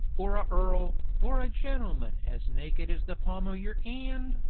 or a earl, or a gentleman as naked as the palm o' your and,